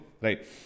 right